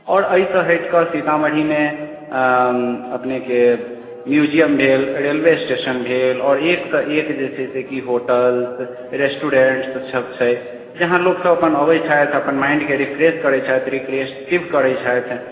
आओर एहिसँ हटिकऽ सीतामढ़ीमे अपनेके म्यूजियम भेल रेलवे स्टेशन भेल आओर एकसँ एक जे छै कि होटल रेस्टोरेन्ट्स सब छै जहाँ लोकसब अपन अबै छथि अपन माइन्डके रिफ्रेश करै छथि रिक्रेएटीव करै छथि